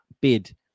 bid